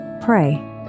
pray